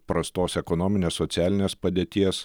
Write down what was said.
prastos ekonominės socialinės padėties